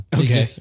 Okay